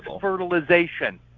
fertilization